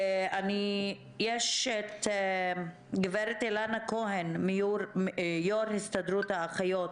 יש את הגברת אילנה כהן, יו"ר הסתדרות האחיות.